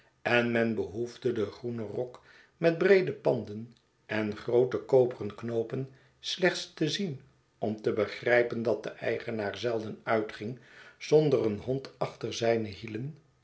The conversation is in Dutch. en men behoefde den groenen rok met breede panden en groote koperen knoopen slechts te zien om te begrijpen dat de eigenaar zelden uitging zonder een hond achter zijne hielen